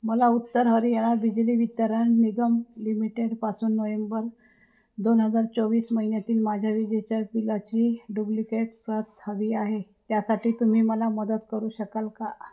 मला उत्तर हरियाणा बिजली वितरण निगम लिमिटेडपासून नोहेंबर दोन हजार चोवीस महिन्यातील माझ्या विजेच्या बिलाची डुब्लिकेट प्रत हवी आहे त्यासाठी तुम्ही मला मदत करू शकाल का